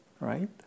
right